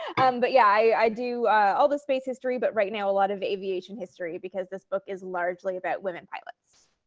and but yeah, i do all this space history, but right now a lot of aviation history because this book is largely about women pilots.